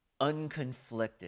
unconflicted